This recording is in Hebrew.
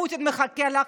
פוטין מחכה לך,